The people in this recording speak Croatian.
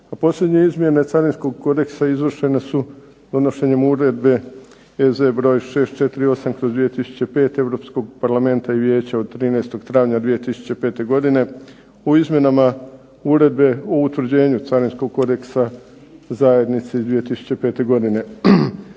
A posljednje izmjene Carinskog kodeksa izvršena su donošenjem Uredbe EZ broj 648/2005 Europskog parlamenta i vijeća od 13. travnja 2005. godine o izmjenama Uredbe o utvrđenju carinskog kodeksa zajednice iz 2005. godine.